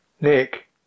Nick